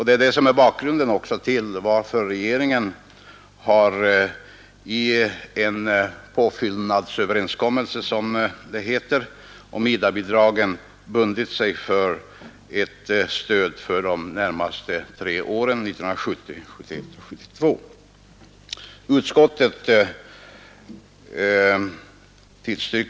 Det är också bakgrunden till att regeringen i en påfyllnadsöverenskommelse, som det heter, om IDA-bidragen har bundit sig för ett stöd till verksamheten för åren 1971, 1972 och 1973.